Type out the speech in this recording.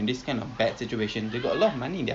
I'm not sure about the